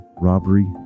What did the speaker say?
robbery